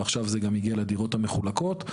ועכשיו זה הגיע גם לדירות המחולקות.